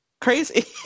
crazy